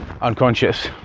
unconscious